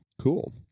Cool